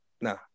Nah